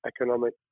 economic